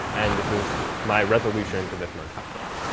and this is my resolution to this merge conflict.